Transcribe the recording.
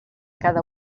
cada